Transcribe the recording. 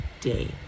day